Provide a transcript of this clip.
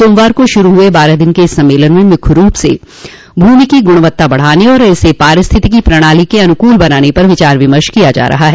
सोमवार को शुरु हुए बारह दिन के इस सम्मेलन में मुख्य रूप से भूमि की गुणवत्ता बढ़ाने और इसे पारिस्थितिकी प्रणाली के अनुकूल बनाने पर विचार विमर्श किया जा रहा है